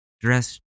dressed